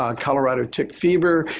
um colorado tick fever,